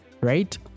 right